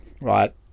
right